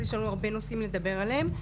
אז יש לנו הרבה נושאים לדבר עליהם.